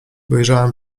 wyjrzałem